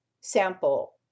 sample